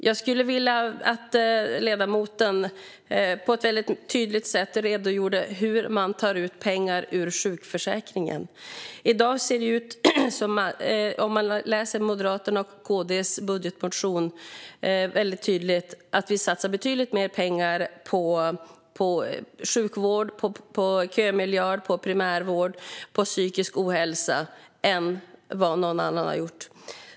Jag skulle vilja att ledamoten på ett tydligt sätt redogör för hur pengar tas ut ur sjukförsäkringen. Om man läser Moderaternas och KD:s budgetmotion ser man väldigt tydligt att vi satsar betydligt mer pengar på sjukvård, på kömiljarden, på primärvård och på att bekämpa psykisk ohälsa än vad någon annan har gjort.